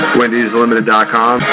wendyslimited.com